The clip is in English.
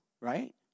right